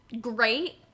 great